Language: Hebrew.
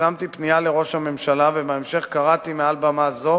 יזמתי פנייה לראש הממשלה ובהמשך קראתי מעל במה זו